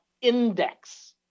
index